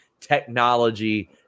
technology